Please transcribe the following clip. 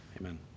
Amen